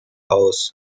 aus